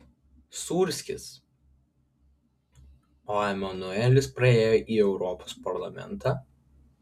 sūrskis o emanuelis praėjo į europos parlamentą